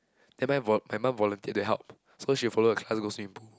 then my vo~ my mum volunteered to help so she'll follow the class go swimming pool